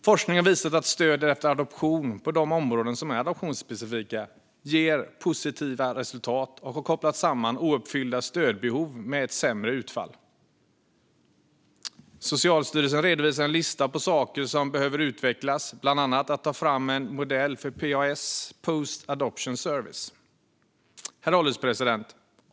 Forskning har visat att stöd efter adoption på de områden som är adoptionsspecifika ger positiva resultat och har kopplat samman ouppfyllda stödbehov med ett sämre utfall. Socialstyrelsen redovisar en lista på saker som behöver utvecklas, bland annat att ta fram en modell för PAS, post adoption service . Herr ålderspresident!